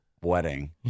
wedding